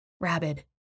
Rabid